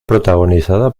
protagonizada